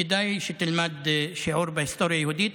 כדאי שתלמד שיעור בהיסטוריה יהודית.